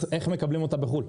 איך מקבלים אותה בחו"ל?